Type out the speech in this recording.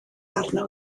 arno